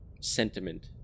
sentiment